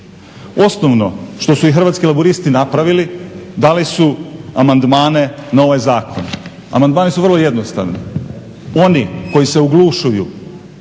Osnovno što su Hrvatski laburisti napravili dali su amandmane na ovaj zakon. Amandmani su vrlo jednostavni. Oni koji se oglušuju